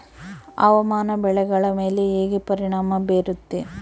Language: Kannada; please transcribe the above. ಹವಾಮಾನ ಬೆಳೆಗಳ ಮೇಲೆ ಹೇಗೆ ಪರಿಣಾಮ ಬೇರುತ್ತೆ?